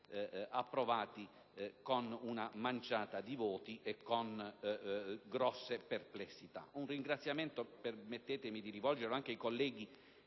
approvati con una manciata di voti e con grosse perplessità. Un ringraziamento permettetemi di rivolgerlo anche ai colleghi